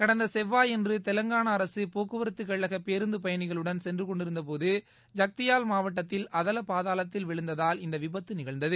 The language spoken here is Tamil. கடந்த செவ்வாயன்று தெலங்கானா அரசு போக்குவரத்து கழக பேருந்து பயணிகளுடன் சென்று கொண்டிருந்த போது ஜக்தியாள் மாவட்டத்தில் அகல பாதாளத்தில் விழுந்ததால் இந்த விபத்து நிகழ்ந்தது